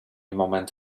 moment